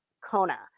Kona